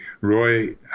Roy